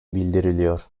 bildiriliyor